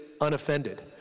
unoffended